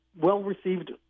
well-received